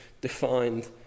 defined